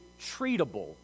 treatable